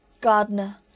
Gardener